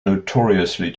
notoriously